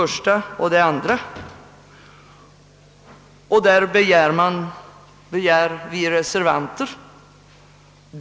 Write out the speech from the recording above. Reservanterna begär under mom.